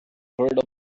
heard